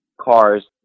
cars